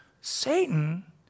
Satan